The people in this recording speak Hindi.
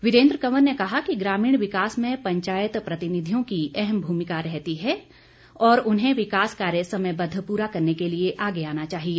वीरेन्द्र कंवर ने कहा कि ग्रामीण विकास में पंचायत प्रतिनिधियों की अहम भूमिका रहती है और उन्हें विकास कार्य समयबद्ध पूरा करने के लिए आगे आना चाहिए